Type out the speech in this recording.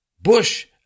Bush